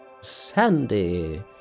Sandy